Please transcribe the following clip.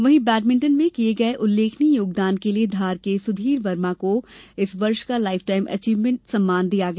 वहीं बैडमिंटन में किए गए उल्लेखनीय योगदान के लिए धार के सुधीर वर्मा को इस वर्ष का लाइफ टाइम अचीवमेन्ट सम्मान दिया गया